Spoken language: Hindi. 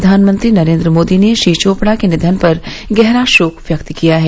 प्रधानमंत्री नरेन्द्र मोदी ने श्री चोपड़ा के निधन पर गहरा शोक व्यक्त किया है